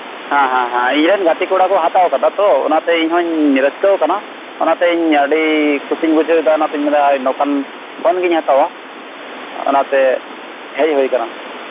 ᱦᱮᱸ ᱦᱮᱸ ᱤᱧᱨᱮᱱ ᱜᱟᱛᱮ ᱠᱚᱲᱟ ᱠᱚ ᱦᱟᱛᱟᱣ ᱟᱠᱟᱫᱟ ᱛᱚ ᱚᱱᱟᱛᱮ ᱤᱧᱦᱚᱧ ᱨᱟᱹᱥᱠᱟᱹᱣᱟᱠᱟᱱᱟ ᱚᱱᱟᱛᱮ ᱤᱧ ᱟᱹᱰᱤ ᱠᱩᱥᱤᱧ ᱵᱩᱡᱷᱟᱹᱣ ᱮᱫᱟ ᱚᱱᱟᱛᱮᱧ ᱢᱮᱱ ᱮᱫᱟ ᱱᱚᱝᱠᱟᱱ ᱯᱷᱳᱱᱜᱤᱧ ᱦᱟᱛᱟᱣᱟ ᱚᱱᱟᱛᱮ ᱦᱮᱡ ᱦᱳᱭ ᱟᱠᱟᱱᱟ